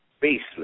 baseless